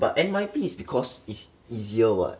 but N_Y_P is because it's easier [what]